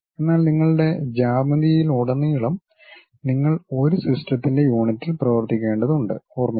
എന്നാൽ നിങ്ങളുടെ ജ്യാമിതിയിലുടനീളം നിങ്ങൾ ഒരു സിസ്റ്റത്തിന്റെ യൂണിറ്റിൽ പ്രവർത്തിക്കേണ്ടതുണ്ടെന്ന് ഓർമ്മിക്കുക